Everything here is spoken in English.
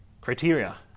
criteria